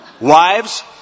Wives